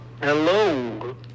Hello